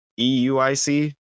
EUIC